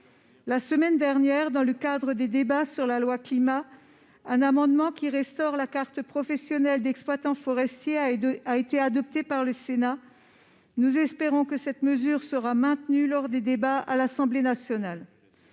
La semaine dernière, dans le cadre des débats sur la loi Climat, un amendement visant à restaurer la carte professionnelle d'exploitant forestier a été adopté par le Sénat. Nous espérons que cette mesure sera maintenue lors des débats à l'Assemblée nationale.